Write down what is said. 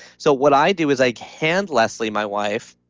so what i do is i hand leslie, my wife,